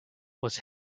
was